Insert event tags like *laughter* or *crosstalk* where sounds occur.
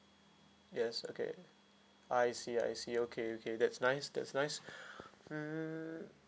yes okay I see I see okay okay that's nice that's nice *breath* hmm